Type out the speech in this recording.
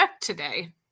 today